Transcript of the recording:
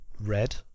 red